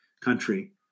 country